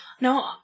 No